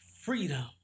freedom